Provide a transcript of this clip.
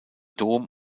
dom